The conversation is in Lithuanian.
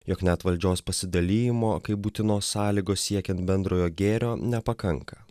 jog net valdžios pasidalijimo kaip būtinos sąlygos siekiant bendrojo gėrio nepakanka